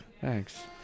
Thanks